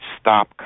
Stop